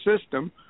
system